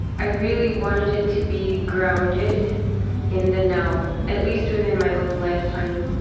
i really wanted it to be grounded in the now, at least within my own lifetime.